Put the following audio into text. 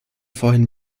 vorhin